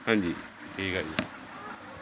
ਹਾਂਜੀ ਠੀਕ ਹੈ ਜੀ